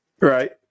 Right